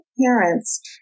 parents